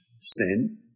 sin